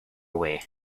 away